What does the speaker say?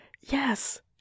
Yes